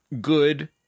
good